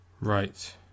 Right